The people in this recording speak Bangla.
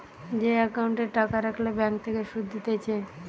যে একাউন্টে টাকা রাখলে ব্যাঙ্ক থেকে সুধ দিতেছে